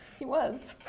he was,